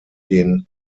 den